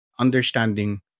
Understanding